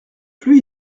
plus